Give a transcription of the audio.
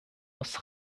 aus